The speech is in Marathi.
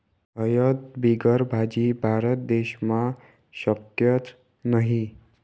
हयद बिगर भाजी? भारत देशमा शक्यच नही